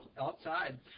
outside